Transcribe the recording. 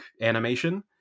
animation